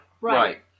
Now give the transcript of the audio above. Right